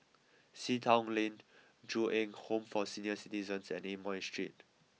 Sea Town Lane Ju Eng Home for senior citizens and Amoy Street